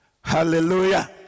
Hallelujah